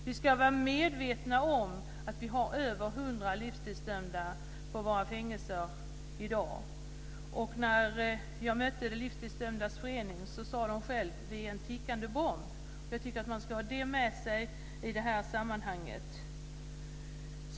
Vi ska vara medvetna om att vi har över 100 livstidsdömda på våra fängelser i dag. När jag mötte de livstidsdömdas förening sade de själva: Vi är en tickande bomb. Jag tycker att man ska ha detta med sig i det här sammanhanget.